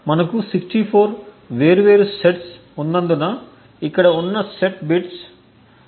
మనకు 64 వేర్వేరు సెట్స్ ఉన్నందున ఇక్కడ ఉన్న సెట్ బిట్స్ సంఖ్య 6